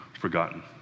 forgotten